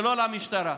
ולא למשטרה.